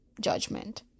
judgment